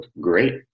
great